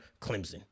Clemson